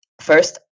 first